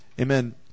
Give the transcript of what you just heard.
Amen